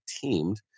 teamed